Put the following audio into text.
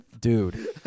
Dude